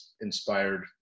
inspired